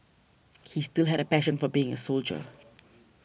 he still had a passion for being a soldier